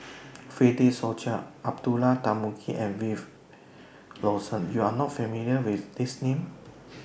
Fred De Souza Abdullah Tarmugi and Wilfed Lawson YOU Are not familiar with These Names